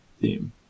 theme